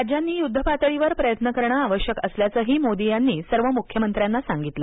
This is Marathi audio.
राज्यांनी युद्ध पातळीवर प्रयत्न करणं आवश्यक असल्याचंही मोदी यांनी सर्व मुख्यमंत्र्यांना सांगितलं